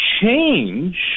change